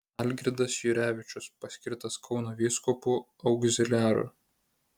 algirdas jurevičius paskirtas kauno vyskupu augziliaru